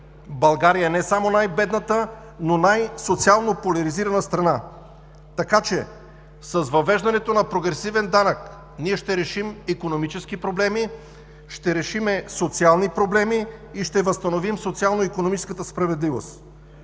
България е не само най-бедната, но най-социално поляризираната страна. С въвеждането на прогресивен данък ние ще решим икономически проблеми, ще решим социални проблеми и ще възстановим социално-икономическата справедливост.